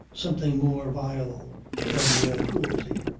something more vile than mere cruelty.